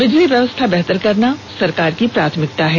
बिजली व्यवस्था बेहतर करना सरकार की प्राथमिकता है